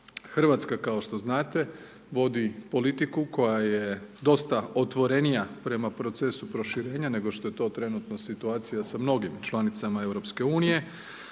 Hrvatska kao što znate vodi politiku, koja je dosta otvorenija prema procesu proširenja, nego što je to trenutno situacija sa mnogim članicama EU. Mi